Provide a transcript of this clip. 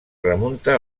remunta